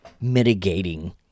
mitigating